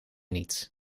niet